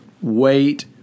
Wait